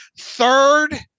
Third